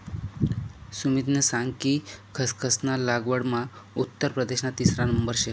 सुमितनी सांग कि खसखस ना लागवडमा उत्तर प्रदेशना तिसरा नंबर शे